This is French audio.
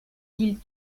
îles